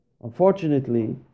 Unfortunately